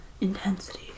intensity